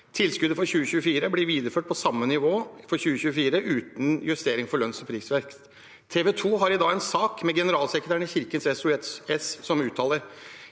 Tilskuddet for 2024 blir videreført på samme nivå uten justering for lønns- og prisvekst. TV 2 har i dag en sak med generalsekretæren i Kirkens SOS, som uttaler: